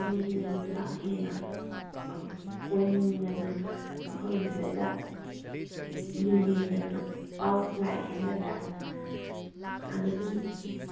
ꯃꯈꯣꯏꯁꯤꯅꯅꯦꯕ ꯍꯦꯟꯅ ꯑꯥ ꯀꯣꯏꯅꯤꯡꯗꯅ ꯃꯐꯝꯁꯤꯗꯩꯗ ꯌꯦꯡꯅꯤꯡꯗꯅ ꯂꯥꯛꯂꯤꯁꯦ ꯅꯠꯇ꯭ꯔ ꯑꯗꯨꯗꯤ